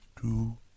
Two